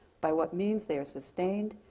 by what means they are sustained,